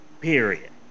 Period